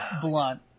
Blunt